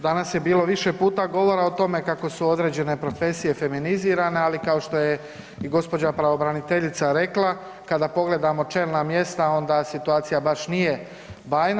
Danas je bilo više puta govora o tome kako su određene profesije feminizirane, ali kao što je i gospođa pravobraniteljica rekla kada pogledamo čelna mjesta onda situacija baš nije bajna.